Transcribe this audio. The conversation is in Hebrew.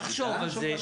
תחשוב על זה.